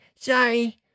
Sorry